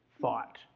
thought